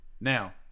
Now